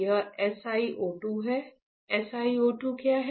यह SiO 2 है SiO 2 क्या है